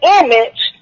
image